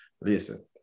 Listen